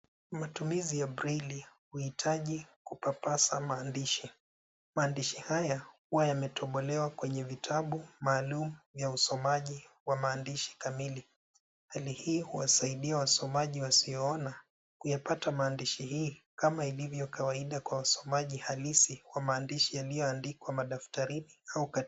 Matumizi ya breli huhitaji kupapasa maandishi. Maandishi haya huwa yametobolewa kwenye vitabu maalum vya usomaji wa maandishi kamili. Hali hii huwasaidia wasomaji wasioona kuyapata maandishi hii kama ilivyo kawaida kwa wasomaji halisi wa maandishi yaliyoandikwa daftarini au ka...